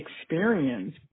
experience